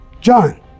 John